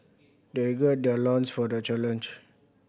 they gird their loins for the challenge